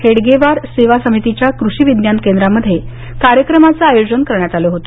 हेडगेवार सेवा समितीच्या कृषी विज्ञान केंद्रामध्ये कार्यक्रमाचं आयोजन करण्यात आलं होत